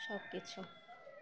সব কিছু